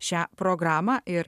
šią programą ir